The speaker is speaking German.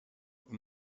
und